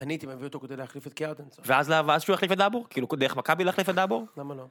אני הייתי מביא אותו כדי להחליף את קארטנצו. ואז שהוא החליף את דאבור? כאילו, דרך מכבי להחליף את דאבור? למה לא?